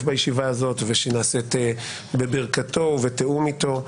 בישיבה הזאת ושנעשית בברכתו ובתיאום אתו,